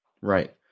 Right